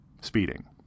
speeding